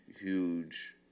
huge